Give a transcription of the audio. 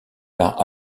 part